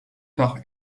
par